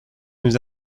nous